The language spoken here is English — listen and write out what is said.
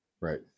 Right